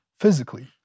physically